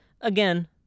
again